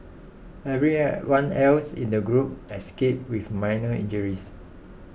every one else in the group escaped with minor injuries